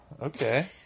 okay